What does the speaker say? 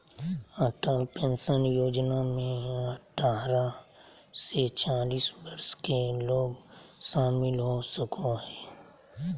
Atal pension योजना में अठारह से चालीस वर्ष के लोग शामिल हो सको हइ